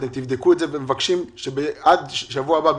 אנחנו מבקשים שעד שבוע הבא,